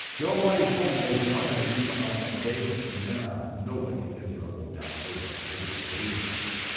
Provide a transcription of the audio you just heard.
the almighty told moses, i'm going to do something on that day that from then on nobody in israel will doubt your word, they will believe in you.